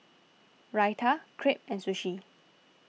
Raita Crepe and Sushi